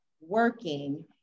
working